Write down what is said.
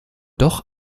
doch